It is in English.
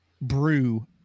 brew